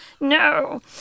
no